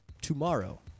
tomorrow